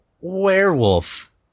werewolf